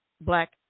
black